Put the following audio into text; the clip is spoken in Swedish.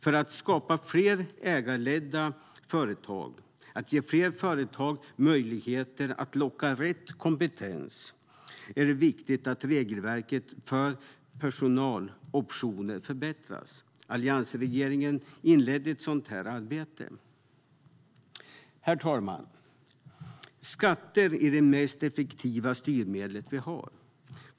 För att skapa fler ägarledda företag och ge fler företag möjlighet att locka rätt kompetens är det viktigt att regelverket för personaloptioner nu förbättras. Alliansregeringen inledde ett sådant arbete. Herr talman! Skatter är det mest effektiva styrmedel vi har.